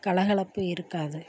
கலகலப்பு இருக்காது